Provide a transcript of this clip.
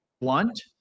blunt